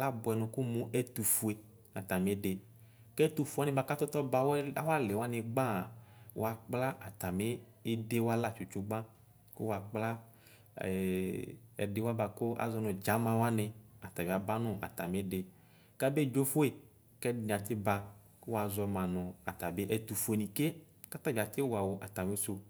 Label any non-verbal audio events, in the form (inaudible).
labʋɛ nʋ kʋmʋ ɛtoƒʋe atami idi kɛfʋfʋe alu wani katɔtɔba awʋ alɛ awo ali wani gbaa wakpla atami idiwa la tsutsugba kʋwakpla (hesitation) ɛduwa bʋakʋ azɔ nʋ dzama woni atabi aba nʋ atamidi kabe dzofʋe kɛdini atsi ba kʋ wazɔma nʋ atubi ɛtufʋe wani ke kotoni ati wawʋ atamisʋ.